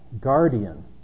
guardian